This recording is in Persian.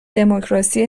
دموکراسی